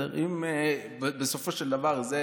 אם בסופו של דבר זו